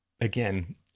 Again